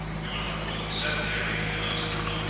we were not more than seventy or eighty yards in front,